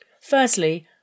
Firstly